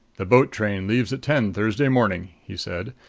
the boat train leaves at ten thursday morning, he said.